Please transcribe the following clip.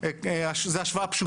אני מאוד קיצרתי,